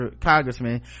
congressman